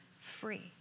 free